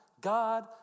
God